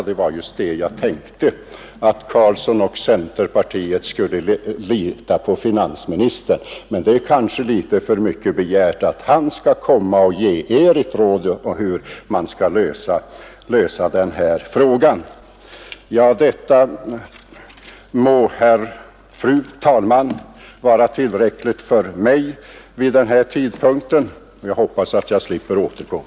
Det var just det jag tänkte, att herr Carlsson och centerpartiet skulle lita på finansministern. Men det är kanske litet för mycket begärt att Sträng skall komma och ge er ett råd hur man skall lösa finansieringsfrågan. Detta må, fru talman, vara tillräckligt för mig vid den här tidpunkten, och jag hoppas att jag slipper återkomma.